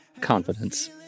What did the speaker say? confidence